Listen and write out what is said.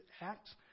acts